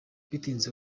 bitinze